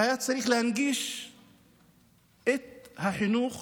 היה צריך להנגיש את החינוך